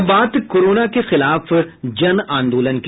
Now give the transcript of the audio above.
और अब बात कोरोना के खिलाफ जनआंदोलन की